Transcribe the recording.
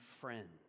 friends